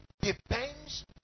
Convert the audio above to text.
depends